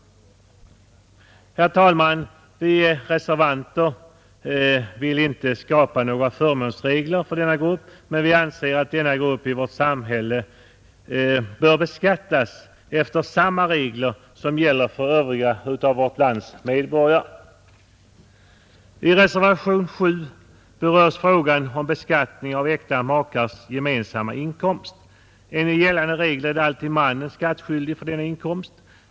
Herr talman! Vi reservanter vill inte skapa några förmånsregler för denna grupp, men vi anser att denna grupp i vårt samhälle bör beskattas efter samma regler som gäller för vårt lands övriga medborgare. I reservationen 7 berörs frågan om beskattning av äkta makars gemensamma inkomst. Enligt gällande regler är alltid mannen skattskyldig för denna inkomst.